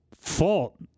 fault